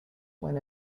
when